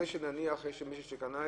נניח אם יש מישהו שקנה,